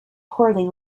poorly